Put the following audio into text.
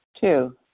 Two